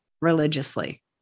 Religiously